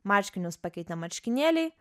marškinius pakeitė marškinėliai